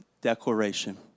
declaration